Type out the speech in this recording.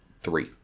Three